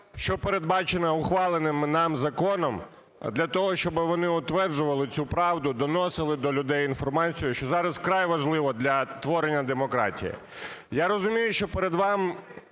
що передбачено ухваленим нами законом, для того щоб вони утверджували цю правду, доносили до людей інформацію, що зараз вкрай важливо для творення демократії. І розумію, що перед вами,